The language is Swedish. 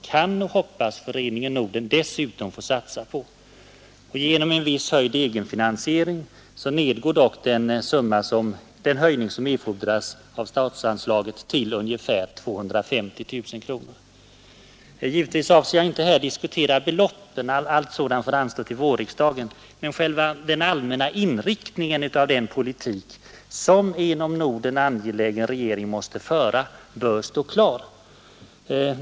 Genom en möjlig, höjd egenfinansiering nedgår dock den totala höjning som erfordras av statsanslaget till 250 000 kronor. Givetvis avser jag inte att här diskutera beloppen; allt sådant får anstå till vårriksdagen. Men själva den allmänna inriktningen av den politik, som en om Norden angelägen regering måste föra, bör stå klar.